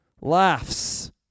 laughs